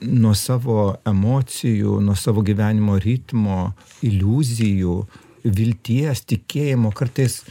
nuo savo emocijų nuo savo gyvenimo ritmo iliuzijų vilties tikėjimo kartais